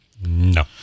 No